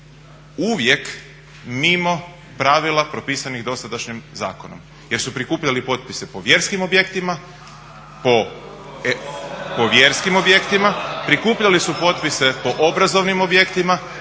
uvijek mimo pravila propisanih dosadašnjim zakonom jer su prikupljali potpise po vjerskim objektima, prikupljali su potpise po obrazovnim objektima,